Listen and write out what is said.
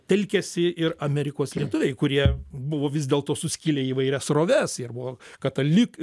telkėsi ir amerikos lietuviai kurie buvo vis dėlto suskilę į įvairias sroves jie ir buvo katalik